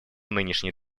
нынешней